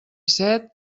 set